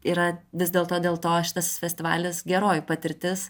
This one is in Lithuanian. yra vis dėlto dėl to šitas festivalis geroji patirtis